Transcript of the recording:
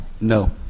No